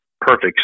perfect